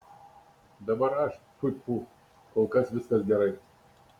dabar aš tfu tfu kol kas viskas gerai